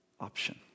option